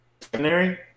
secondary